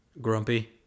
grumpy